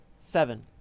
seven